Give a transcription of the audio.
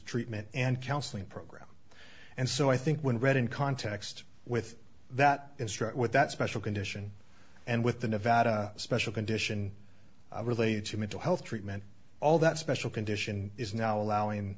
treatment and counseling program and so i think when read in context with that construct with that special condition and with the nevada special condition related to mental health treatment all that special condition is now allowing